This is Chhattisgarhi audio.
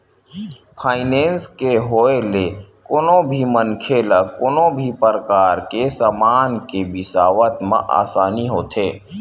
फायनेंस के होय ले कोनो भी मनखे ल कोनो भी परकार के समान के बिसावत म आसानी होथे